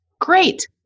great